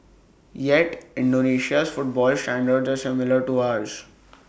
yet Indonesia's football standards are similar to ours